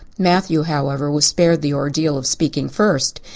matthew, however, was spared the ordeal of speaking first,